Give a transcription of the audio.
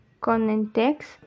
context